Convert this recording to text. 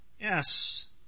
Yes